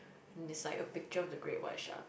and it's like a picture of a great white shark